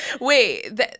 Wait